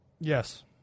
Yes